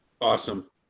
Awesome